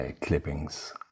clippings